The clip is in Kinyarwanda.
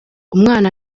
umwana